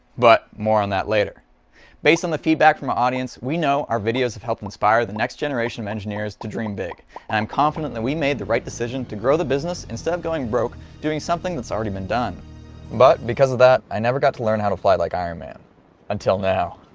but more on that later based on the feedback from our audience we know that our videos have helped inspire the next generation of engineers to dream big and i'm confident that we made the right decision to grow the business instead of going broke doing something that's already been done but because of that i never got to learn how to fly like iron man until now